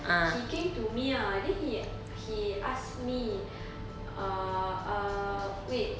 he came to me ah then he he ask me err err wait